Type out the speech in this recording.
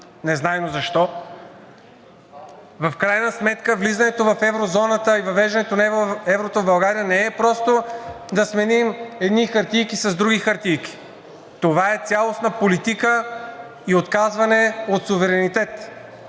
незнайно защо – в крайна сметка влизането в еврозоната и въвеждането на еврото в България не е просто да смени едни хартийки с други хартийки. Това е цялостна политика и отказване от суверенитет,